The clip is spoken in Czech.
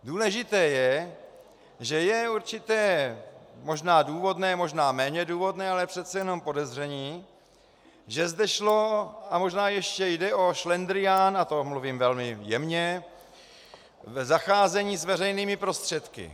Důležité je, že je určité možná důvodné, možná méně důvodné, ale přece jenom podezření, že zde šlo a možná ještě jde o šlendrián, a to mluvím velmi jemně, v zacházení s veřejnými prostředky.